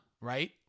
right